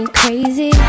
crazy